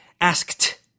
Asked